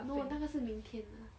no 那个是明天的